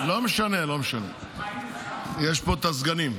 לא משנה, יש פה את הסגנים.